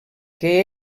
que